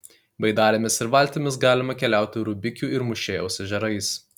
baidarėmis ir valtimis galima keliauti rubikių ir mūšėjaus ežerais